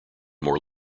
more